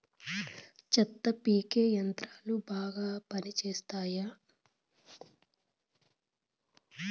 చెత్త పీకే యంత్రాలు బాగా పనిచేస్తాయా?